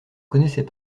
connaissait